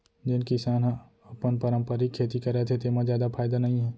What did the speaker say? जेन किसान ह अपन पारंपरिक खेती करत हे तेमा जादा फायदा नइ हे